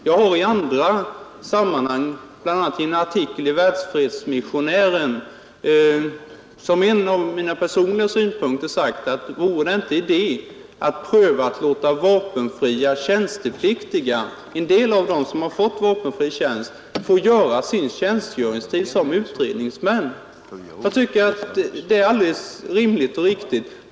Jag har i andra sammanhang, bl.a. i en artikel i Fredsmissionären som en av mina personliga synpunkter anfört att det vore idé att pröva att låta en del av dem som fått vapenfri tjänst göra sin tjänstgöring som utredningsmän. Jag tycker det är alldeles rimligt och riktigt.